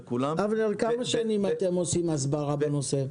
אבנר, כמה שנים אתם עושים הסברה בנושא?